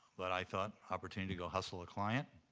but i thought, opportunity to go hustle a client.